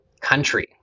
country